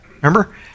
Remember